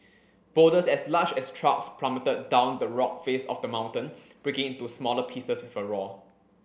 boulders as large as trucks plummeted down the rock face of the mountain breaking into smaller pieces with a roar